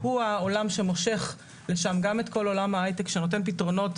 הוא העולם שמושך לשם גם את כל עולם ההייטק שנותן פתרונות,